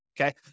okay